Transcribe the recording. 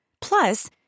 Plus